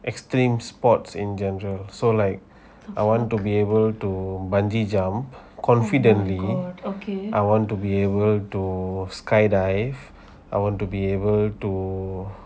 extreme sports in general so like I want to be able to bungee jump confidently I want to be able to skydive I want to be able to